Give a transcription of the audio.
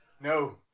No